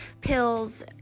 pills